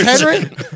Henry